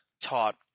taught